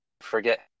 forget